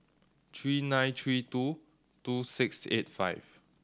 three nine three two two six eight five